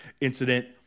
incident